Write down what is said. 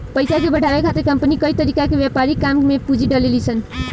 पइसा के बढ़ावे खातिर कंपनी कई तरीका के व्यापारिक काम में पूंजी डलेली सन